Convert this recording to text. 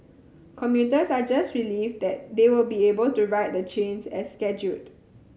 commuters are just relieved they will be able to ride the trains as scheduled